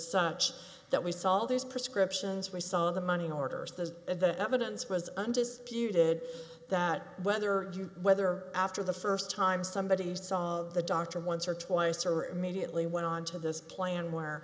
such that we saw all these prescriptions we saw the money orders the evidence was undisputed that whether you whether after the first time somebody saw of the doctor once or twice or immediately went on to this plan where